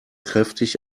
kräftig